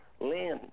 Lynn